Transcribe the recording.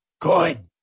good